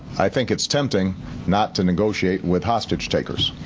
i think it's tempting not to negotiate with hostage takers